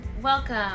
welcome